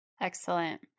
Excellent